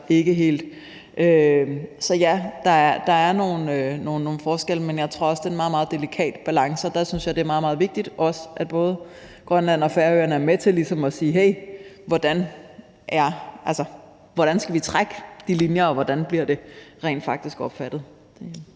Så ja, der er nogle forskelle, men jeg tror også, det er en meget, meget delikat balance, og der synes jeg, det er meget, meget vigtigt, at både Grønland og Færøerne er med til at sige: Hey, hvordan skal vi trække de linjer, og hvordan bliver det rent faktisk opfattet?